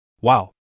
Wow